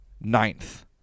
ninth